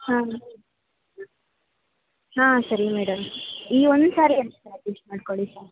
ಹಾಂ ಹಾಂ ಸರಿ ಮೇಡಮ್ ಈ ಒಂದು ಸಾರಿ ಅಷ್ಟೆ ಅಡ್ಜೆಸ್ಟ್ ಮಾಡ್ಕೊಳ್ಳಿ ಸಾಕು